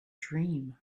dream